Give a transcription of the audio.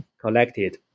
collected